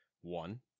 One